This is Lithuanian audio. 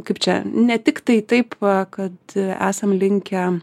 kaip čia ne tiktai taip kad esam linkę